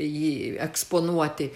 jį eksponuoti